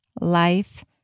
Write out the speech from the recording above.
life